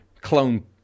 clone